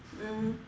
mmhmm